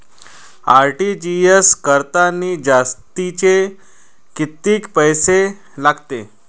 RTGS करतांनी जास्तचे कितीक पैसे लागते?